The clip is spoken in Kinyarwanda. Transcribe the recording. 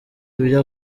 ibyo